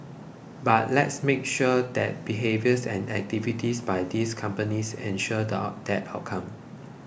but let's make sure that behaviours and activities by these companies ensure that outcome